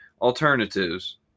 alternatives